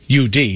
UD